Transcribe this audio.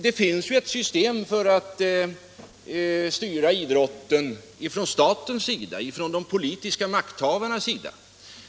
Det finns ju ett utländskt system för att styra idrotten från statens sida, från de politiska makthavarnas sida.